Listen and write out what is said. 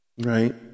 Right